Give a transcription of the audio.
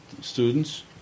students